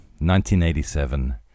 1987